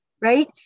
Right